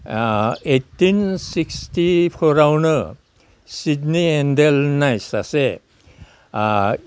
eighteen sixty फ'रआवनो Sydney एन्डेल होननाय सासे